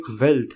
wealth